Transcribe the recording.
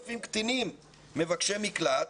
7,000 קטינים מבקשי מקלט